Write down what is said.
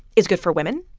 is good for women.